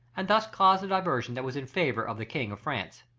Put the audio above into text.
and thus caused a diversion that was in favour of the king of france.